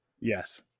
Yes